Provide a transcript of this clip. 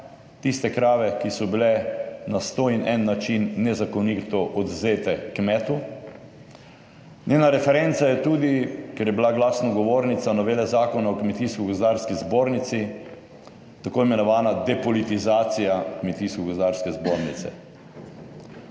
tiste krave, ki so bile na sto in en način nezakonito odvzete kmetu. Njena referenca je tudi, ker je bila glasna govornica novele Zakona o Kmetijsko-gozdarski zbornici, t. i. depolitizacija Kmetijsko-gozdarske zbornice.